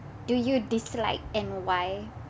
do you dislike and why